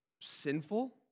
sinful